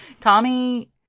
Tommy